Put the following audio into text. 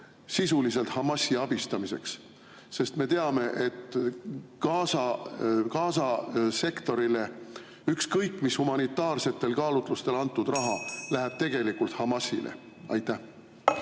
sisuliselt Hamasi abistamiseks? Me teame, et Gaza sektorile ükskõik mis humanitaarsetel kaalutlustel antud raha läheb tegelikult Hamasile. Väga